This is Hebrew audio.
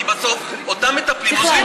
כי בסוף אותם מטפלים עוזבים אותם.